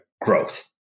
growth